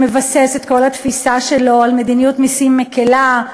שמבסס את כל התפיסה שלו על מדיניות מסים מקלה,